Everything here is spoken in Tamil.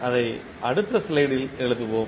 அதை அடுத்த ஸ்லைடில் எழுதுவோம்